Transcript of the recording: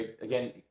Again